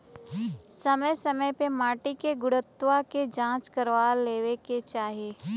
समय समय पे माटी के गुणवत्ता के जाँच करवा लेवे के चाही